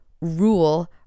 rule